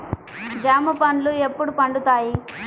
జామ పండ్లు ఎప్పుడు పండుతాయి?